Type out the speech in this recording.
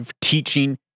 teaching